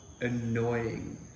annoying